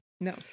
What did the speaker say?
No